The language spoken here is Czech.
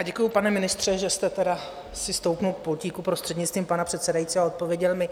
Děkuji, pane ministře, že jste si stoupl k pultíku, prostřednictvím pana předsedajícího, a odpověděl mi.